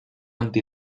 anti